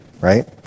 Right